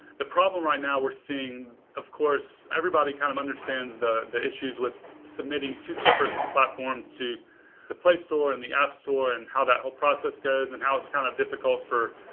the problem right now we're seeing, of course, everybody kind of understands the the issues with submitting two separate platforms to the play store and the app store and how that whole process goes and how it's kind of difficult for,